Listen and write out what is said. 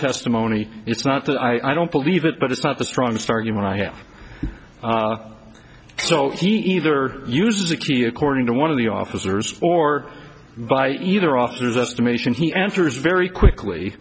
testimony it's not that i don't believe it but it's not the strongest argument i hear so he either uses a key according to one of the officers or by either authors estimation he answers very quickly